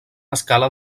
escala